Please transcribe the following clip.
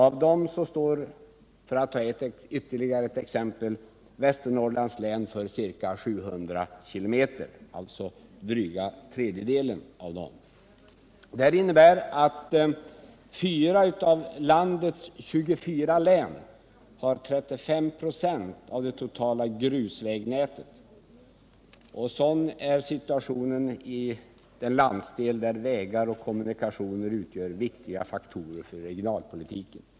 Av denna väglängd — för att ta ytterligare ett exempel —-svarar Västernorrlands län för ca 700 km., alltså dryga tredjedelen, Detta innebär att 4 av landets 24 län har 35 96 av det totala grusvägnätet. Sådan är situationen i den landsdel där vägarna utgör en viktig faktor i regionalpolitiken.